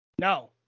no